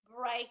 break